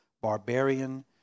barbarian